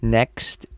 Next